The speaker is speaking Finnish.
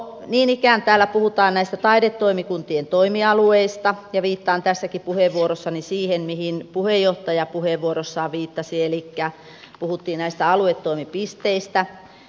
niin ikään täällä puhutaan näistä taidetoimikuntien toimialueista ja viittaan tässäkin puheenvuorossani siihen mihin puheenjohtaja puheenvuorossaan viittasi elikkä puhuttiin aluetoimipisteistä